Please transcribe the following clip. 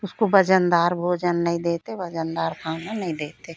उसको वज़नदार भोजन नइ देते वनदार खाना नहीं देते